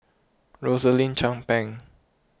Rosaline Chan Pang